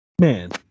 Man